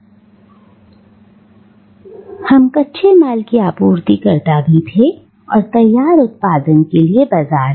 इसलिए हम कच्चे माल की आपूर्ति करता भी थे और तैयार उत्पाद के लिए बाजार भी